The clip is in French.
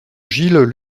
gilles